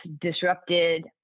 disrupted